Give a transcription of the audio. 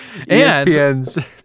ESPN's